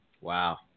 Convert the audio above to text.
wow